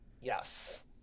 yes